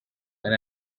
and